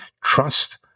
trust